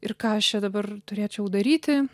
ir ką aš čia dabar turėčiau daryti